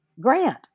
grant